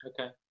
Okay